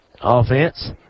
Offense